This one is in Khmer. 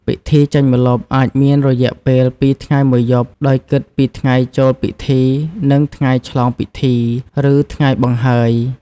ពិធីចេញម្លប់អាចមានរយៈពេល ២ ថ្ងៃ ១ យប់ ដោយគិតពីថ្ងៃចូលពិធី និងថ្ងៃឆ្លងពិធី ឬថ្ងៃបង្ហើយ។